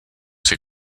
ses